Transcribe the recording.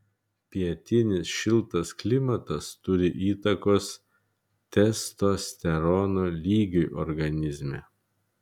pietinis šiltas klimatas turi įtakos testosterono lygiui organizme